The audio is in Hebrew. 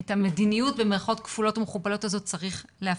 ואת "המדיניות" הזאת צריך להפסיק.